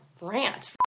rant